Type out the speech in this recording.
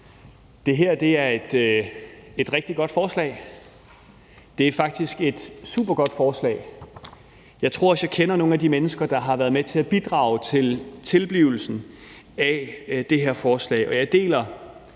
Det her er et rigtig godt forslag. Det er faktisk et supergodt forslag. Jeg tror også, jeg kender nogle af de mennesker, der har været med til at bidrage til tilblivelsen af det her forslag,